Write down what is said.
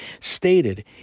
stated